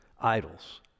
idols